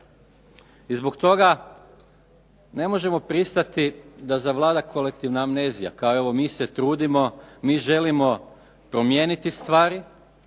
I zbog toga ne možemo pristati da zavlada kolektivna amnezija, kao evo mi se trudimo, mi želimo promijeniti stvari